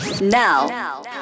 Now